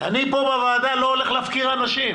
אני פה בוועדה לא הולך להפקיר אנשים.